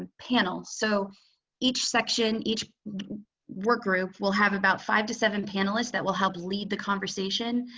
and panels. so each section each work group will have about five to seven panelists that will help lead the conversation.